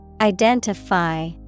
Identify